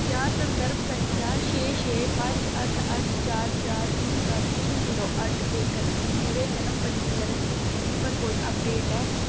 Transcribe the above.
क्या संदर्भ संख्या छे छे पंज अट्ठ अट्ठ चार चार तिन्न सत्त तिन्न जीरो अट्ठ दे कन्नै मेरे जनम पंजीकरण दी स्थिति पर कोई अपडेट ऐ